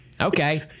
Okay